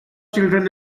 children